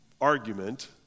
argument